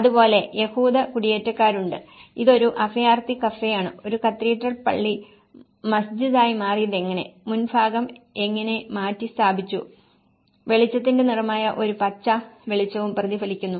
അതുപോലെ യഹൂദ കുടിയേറ്റക്കാരുണ്ട് ഇതൊരു അഭയാർത്ഥി കഫേയാണ് ഒരു കത്തീഡ്രൽ പള്ളി മസ്ജിദായി മാറിയതെങ്ങനെ മുകൾഭാഗം എങ്ങനെ മാറ്റിസ്ഥാപിച്ചു വെളിച്ചത്തിന്റെ നിറമായ ഒരു പച്ച വെളിച്ചവും പ്രതിഫലിക്കുന്നു